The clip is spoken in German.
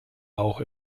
auch